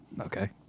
Okay